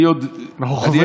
אני עוד, אני הייתי מ-1990.